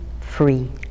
free